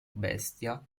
bestia